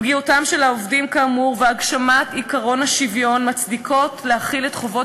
פגיעותם של העובדים כאמור והגשמת עקרון השוויון מצדיקות להחיל את חובות